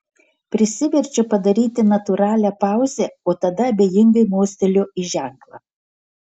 prisiverčiu padaryti natūralią pauzę o tada abejingai mosteliu į ženklą